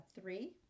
three